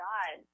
God